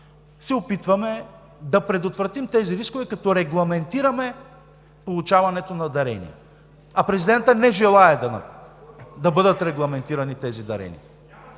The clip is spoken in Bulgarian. се опитваме да ги предотвратим, като регламентираме получаването на дарения. А президентът не желае да бъдат регламентирани тези дарения.